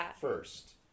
first